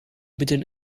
moeten